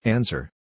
Answer